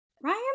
Ryan